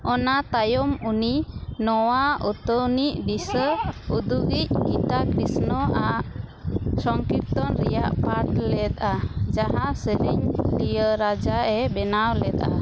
ᱚᱱᱟ ᱛᱟᱭᱚᱢ ᱩᱱᱤ ᱱᱚᱣᱟ ᱩᱛᱟᱹᱣᱱᱤ ᱫᱤᱥᱟᱹ ᱩᱫᱩᱜᱤᱡ ᱜᱤᱛᱟ ᱠᱨᱤᱥᱱᱚᱣᱟᱜ ᱥᱚᱝᱠᱨᱤᱛᱛᱚᱱ ᱨᱮᱭᱟᱜ ᱯᱟᱴ ᱞᱮᱜᱼᱟ ᱡᱟᱦᱟᱸ ᱥᱮᱨᱮᱧ ᱤᱞᱤᱭᱟ ᱨᱟᱡᱟᱭ ᱵᱮᱱᱟᱣ ᱞᱮᱫᱟ